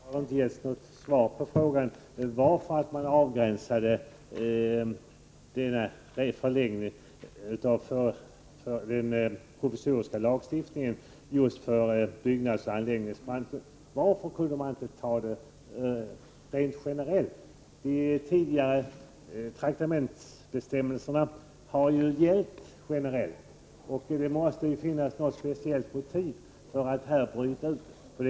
Fru talman! Jag har inte fått något svar på frågan varför denna lagstiftning har begränsats just till byggnadsoch anläggningsbranschen. Varför kan lagstiftningen inte göras mer generell? De tidigare traktamentsbestämmelserna gällde ju generellt, och det måste därför finnas något speciellt motiv till att man här bryter ut just denna grupp.